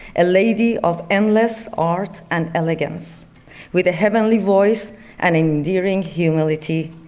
a lady of endless art and elegance with a heavenly voice and endearing humility,